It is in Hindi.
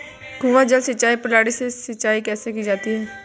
कुआँ जल सिंचाई प्रणाली से सिंचाई कैसे की जाती है?